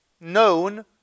known